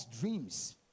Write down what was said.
dreams